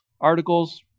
articles